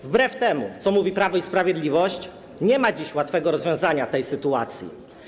Wbrew temu, co mówi Prawo i Sprawiedliwość, nie ma dziś łatwego rozwiązania tej sytuacji.